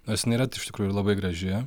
nors jin yra iš tikrųjų labai graži